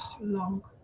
long